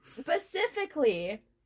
Specifically